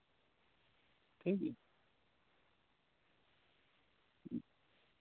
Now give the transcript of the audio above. ᱴᱷᱤᱠ ᱜᱮᱭᱟ